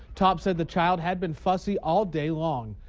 topp said the child had been fussy all day long.